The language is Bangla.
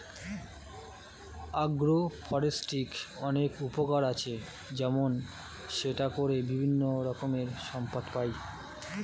অ্যাগ্রো ফরেস্ট্রির অনেক উপকার আছে, যেমন সেটা করে বিভিন্ন রকমের সম্পদ পাই